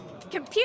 Computer